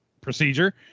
procedure